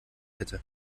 hätte